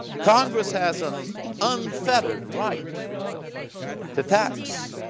congress has an unfettered right to tax.